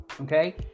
okay